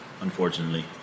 unfortunately